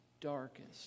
darkest